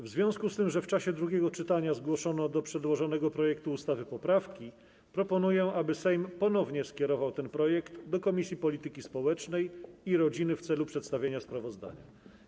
W związku z tym, że w czasie drugiego czytania zgłoszono do przedłożonego projektu ustawy poprawki, proponuję, aby Sejm ponownie skierował ten projekt do Komisji Polityki Społecznej i Rodziny w celu przedstawienia sprawozdania.